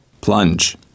Plunge